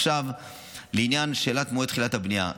עכשיו לעניין שאלת מועד תחילת הבנייה.